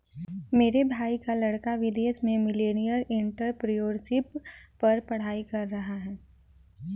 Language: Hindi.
मेरे भाई का लड़का विदेश में मिलेनियल एंटरप्रेन्योरशिप पर पढ़ाई कर रहा है